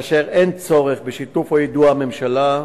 כאשר אין צורך בשיתוף או יידוע הממשלה,